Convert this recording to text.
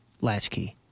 latchkey